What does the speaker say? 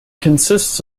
consisted